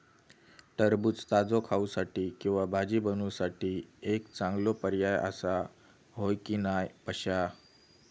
टरबूज ताजो खाऊसाठी किंवा भाजी बनवूसाठी एक चांगलो पर्याय आसा, होय की नाय पश्या?